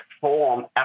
form